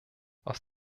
aus